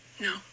No